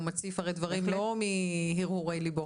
הוא מציף הרי דברים לא מהרהורי לבו,